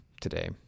today